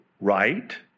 right